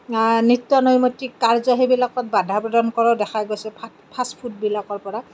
নিত্যনৈমিত্তিক কাৰ্য্য সেইবিলাকত বাধা প্ৰদান কৰা দেখা গৈছে ফাষ্টফুডবিলাকৰ পৰা